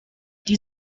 die